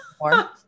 more